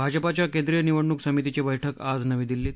भाजपाच्या केंद्रीय निवडणूक समितीची बैठक आज नवी दिल्लीत